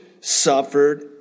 suffered